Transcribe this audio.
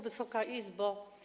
Wysoka Izbo!